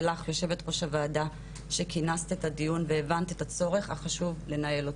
ולך יושבת ראש הוועדה שכינסת את הדיון והבנת את הצורך החשוב לנהל אותו,